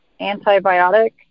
antibiotic